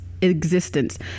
existence